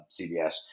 CBS